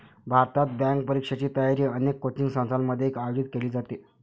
भारतात, बँक परीक्षेची तयारी अनेक कोचिंग संस्थांमध्ये आयोजित केली जाते